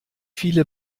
viele